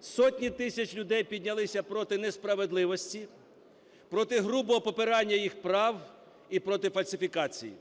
Сотні тисяч людей піднялися проти несправедливості, проти грубого попрання їх прав і проти фальсифікацій.